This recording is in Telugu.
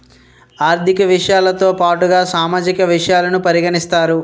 ఆర్థిక విషయాలతో పాటుగా సామాజిక విషయాలను పరిగణిస్తారు